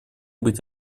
быть